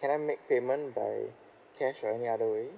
can I make payment by cash or any other way